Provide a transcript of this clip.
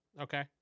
Okay